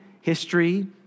history